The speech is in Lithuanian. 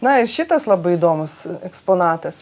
na ir šitas labai įdomus eksponatas